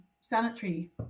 sanitary